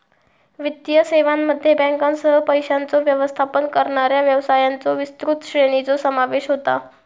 वित्तीय सेवांमध्ये बँकांसह, पैशांचो व्यवस्थापन करणाऱ्या व्यवसायांच्यो विस्तृत श्रेणीचो समावेश होता